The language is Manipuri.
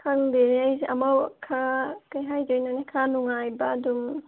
ꯈꯪꯗꯦꯅꯦ ꯑꯩꯁꯨ ꯑꯃ ꯀꯔꯤ ꯍꯥꯏꯗꯣꯏꯅꯣꯅꯦ ꯈꯔ ꯅꯨꯡꯉꯥꯏꯕ ꯑꯗꯨꯝ